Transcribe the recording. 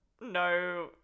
no